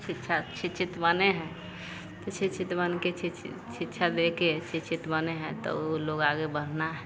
शिक्षा शिक्षित बने हैं तो शिक्षित बनकर सिच शिक्षा देकर शिक्षित बने हैं तो ऊ लोग आगे बढ़ना है